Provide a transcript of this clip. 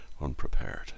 unprepared